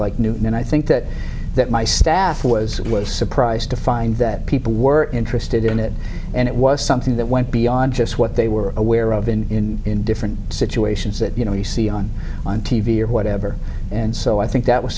like new and i think that that my staff was was surprised to find that people were interested in it and it was something that went beyond just what they were aware of in different situations that you know you see on t v or whatever and so i think that was